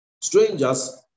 strangers